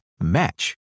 match